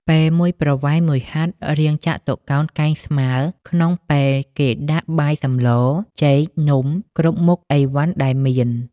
ពែមួយប្រវែង ១ហត្ថរាងចតុកោណកែងស្មើ ក្នុងពែគេដាក់បាយសម្ល ចេក នំ គ្រប់មុខឥវ៉ាន់ដែលមាន ។